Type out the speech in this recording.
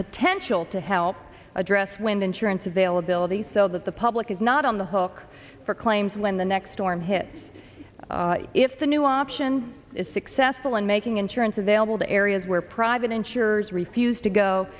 potential to help address wind insurance availability so that the public is not on the hook for claims when the next storm hit if the new option is successful and making insurance available to areas where private insurers refuse to go